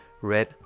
red